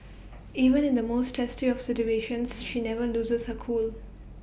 even in the most testy of situations she never loses her cool